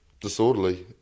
disorderly